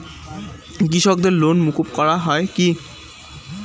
কৃষকদের লোন মুকুব করা হয় কি?